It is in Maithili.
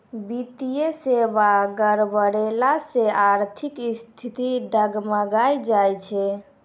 वित्तीय सेबा गड़बड़ैला से आर्थिक स्थिति डगमगाय जाय छै